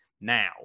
Now